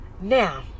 Now